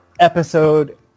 episode